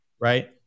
right